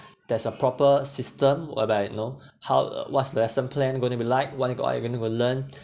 there is a proper system whereby you know how what's lesson plan going to be like what are you going to learn